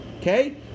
Okay